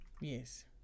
Yes